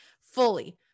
fully